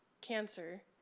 cancer